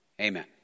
Amen